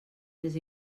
més